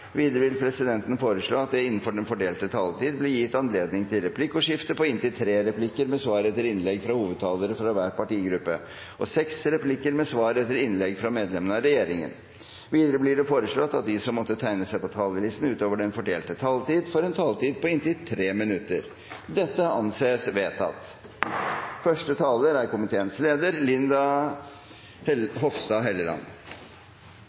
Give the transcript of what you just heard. Videre vil presidenten foreslå at det blir gitt anledning til replikkordskifte på inntil tre replikker med svar etter innlegg fra hovedtalerne for hver partigruppe og seks replikker med svar etter innlegg fra medlem av regjeringen innenfor den fordelte taletid. Videre blir det foreslått at de som måtte tegne seg på talerlisten utover den fordelte taletid, får en taletid på inntil 3 minutter. – Dette anses vedtatt. Jeg vil starte med å takke komiteens